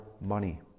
money